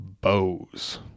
bows